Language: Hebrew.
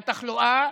בתחלואה,